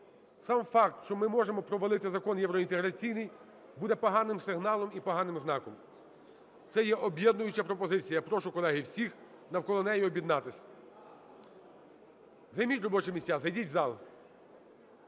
Сам факт, що ми можемо провалити закон євроінтеграційний буде поганим сигналом і поганим знаком. Це є об'єднуюча пропозиція, я прошу, колеги, всіх навколо неї об'єднатися. Займіть робочі місця, зайдіть в зал.